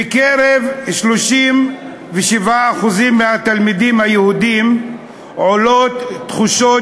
בקרב 37% מהתלמידים היהודים עולות תחושות